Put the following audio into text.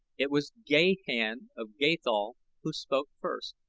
it was gahan of gathol who spoke first.